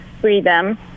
freedom